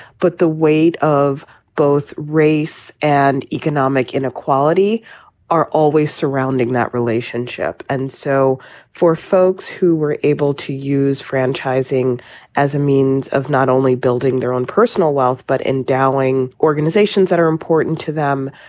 but the weight of both race and economic inequality are always surrounding that relationship. and so for folks who were able to use franchising as a means of not only building their own personal wealth, but endowing organizations that are important to them,